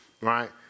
Right